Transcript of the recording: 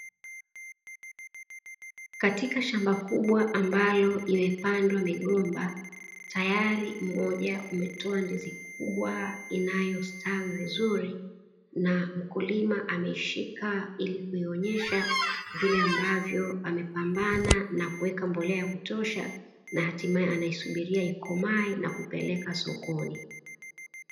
Katika shamba kubwa ambalo limepandwa migomba, tayari mmoja umetoa ndizi kubwa inayostawi vizuri na mkulima ameishika ili kuonyesha vile ambavyo amepambana na kuweka mbolea ya kutosha, na hatimaye anaisubiria ikomae na kupeleka sokoni.